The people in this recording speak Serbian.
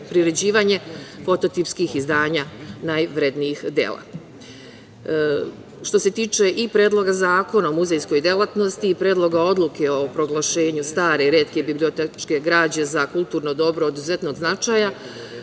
priređivanje fototipskih izdanja najvrednijih dela. Što se tiče i Predloga zakona o muzejskoj delatnosti i Predloga odluke o proglašenju stare i retke bibliotečke građe za kulturno dobro od izuzetnog značaja,